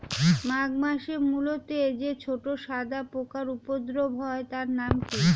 মাঘ মাসে মূলোতে যে ছোট সাদা পোকার উপদ্রব হয় তার নাম কি?